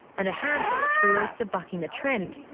and a handful of tourists are bucking the trend,